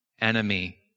enemy